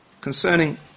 concerning